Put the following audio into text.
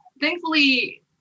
thankfully